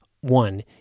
One